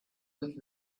with